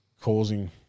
causing